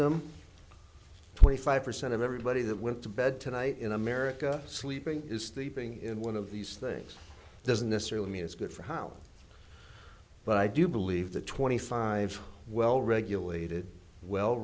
them twenty five percent of everybody that went to bed tonight in america sleeping is the ping in one of these things doesn't necessarily mean it's good for holiday but i do believe the twenty five well regulated well